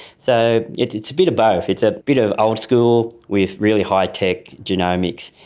so it's it's a bit of both, it's a bit of old-school with really high tech genomics.